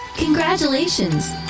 Congratulations